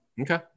Okay